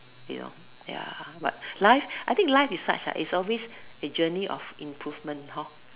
you know ya but life I think life is such like it's always a journey of improvement hor